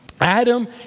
Adam